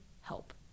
help